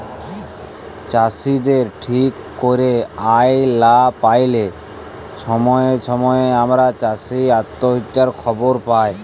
চাষীদের ঠিক ক্যইরে আয় লা প্যাইলে ছময়ে ছময়ে আমরা চাষী অত্যহত্যার খবর পায়